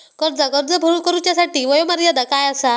कर्जाक अर्ज करुच्यासाठी वयोमर्यादा काय आसा?